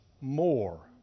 more